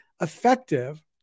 effective